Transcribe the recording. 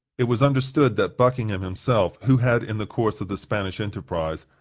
it was understood that buckingham himself, who had, in the course of the spanish enterprise,